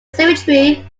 symmetry